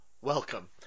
Welcome